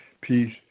Peace